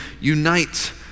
unite